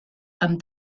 amb